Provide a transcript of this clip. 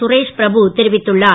கரேஷ்பிரபு தெரிவித்துள்ளார்